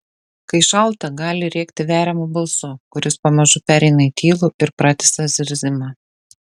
kai šalta gali rėkti veriamu balsu kuris pamažu pereina į tylų ir pratisą zirzimą